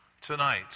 tonight